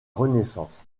renaissance